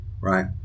right